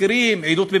ולתסקירים לוועדות,